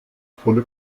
volle